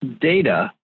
data